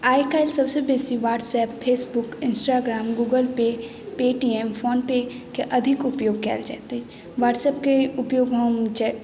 आइकाल्हि सबसे बेसी WhatsApp Facebook Instagram Google Pay Paytm PhonePe के अधिक उपयोग कयल जाइत अछि व्हाट्सऐपके उपयोग हम